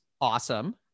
awesome